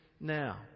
now